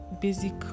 basic